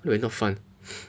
where got not fun